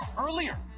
earlier